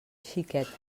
xiquet